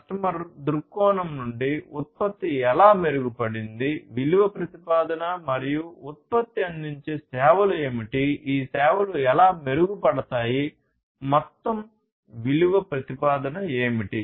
customer దృక్కోణం నుండి ఉత్పత్తి ఎలా మెరుగుపడింది విలువ ప్రతిపాదన మరియు ఉత్పత్తి అందించే సేవలు ఏమిటి ఈ సేవలు ఎలా మెరుగుపడతాయి మొత్తం విలువ ప్రతిపాదన ఏమిటి